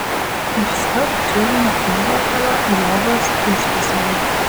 išskalbk čiužinio užvalkalą lovos užtiesalus